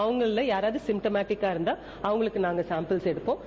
அவங்கள்ள யாராவது சிம்டமெடிக்கா இருந்தா அவங்களுக்கு நாங்க சாம்பில்ஸ் எடுப்போம்